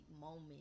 moment